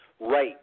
right